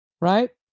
right